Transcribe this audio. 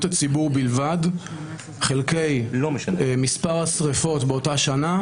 הציבור בלבד חלקי מספר השריפות באותה שנה,